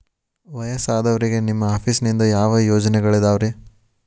ವಯಸ್ಸಾದವರಿಗೆ ನಿಮ್ಮ ಆಫೇಸ್ ನಿಂದ ಯಾವ ಯೋಜನೆಗಳಿದಾವ್ರಿ?